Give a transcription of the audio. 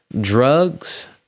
drugs